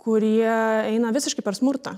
kurie eina visiškai per smurtą